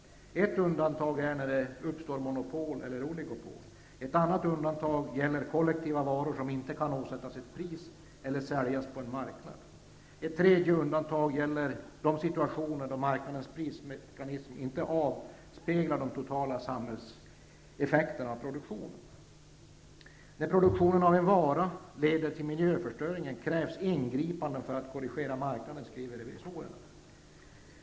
Ett undantag är när det uppstår monopol och oligopol. Ett annat undantag gäller kollektiva varor som inte kan åsättas ett pris eller säljas på en marknad. Ett tredje undantag gäller de situationer då marknadens prismekanism inte avspeglar de totala samhällseffekterna av produktion.'' När produktionen av en vara leder till miljöförstöring, krävs det ingripanden för att korrigera marknaden, skriver revisorerna.